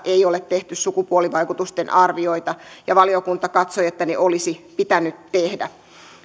ei ole tehty sukupuolivaikutusten arvioita ja valiokunta katsoi että ne olisi pitänyt tehdä